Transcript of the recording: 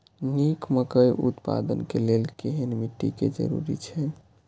निक मकई उत्पादन के लेल केहेन मिट्टी के जरूरी छे?